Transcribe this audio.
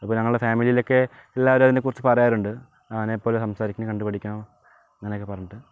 അപ്പോൾ ഞങ്ങളെ ഫാമിലിലൊക്കെ എല്ലാവരും അതിനെക്കുറിച്ച് പറയാറുണ്ട് ഞാൻ ഇപ്പോഴും അവൻ സംസാരിക്കുന്നതൊക്കെ കണ്ട് പഠിക്കണം എന്നൊക്കെ പറഞ്ഞിട്ട്